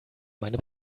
meine